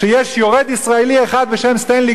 יש יורד ישראלי אחד בשם סטנלי גולד,